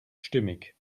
stimmig